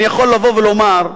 אני יכול לבוא ולומר: